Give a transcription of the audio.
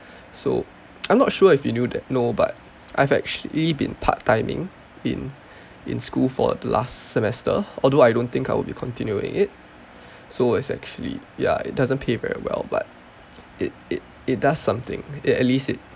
so I'm not sure if you knew that know but I've actually been part timing in in school for the last semester although I don't think I will be continuing it so it's actually ya it doesn't pay very well but it it it does something at least it